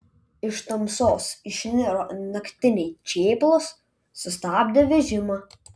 iš tamsos išniro naktiniai čėplos sustabdė vežimą